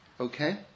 Okay